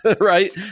right